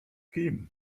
kim